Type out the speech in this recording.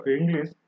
English